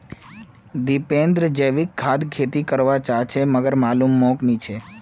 दीपेंद्र जैविक खाद खेती कर वा चहाचे मगर मालूम मोक नी छे